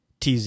TZ